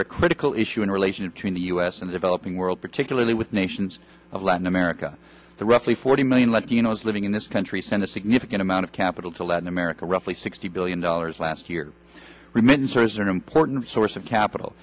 are a critical issue in relation between the u s and the developing world particularly with nations of latin america the roughly forty million latinos living in this country send a significant amount of capital to latin america roughly sixty billion dollars last year remittances are an important source of capital